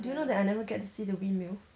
do you know that I never get to see the windmill